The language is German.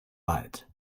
wald